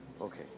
okay